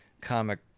comic